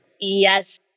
Yes